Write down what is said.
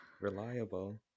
reliable